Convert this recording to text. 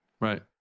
Right